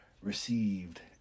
received